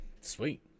Sweet